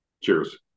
Cheers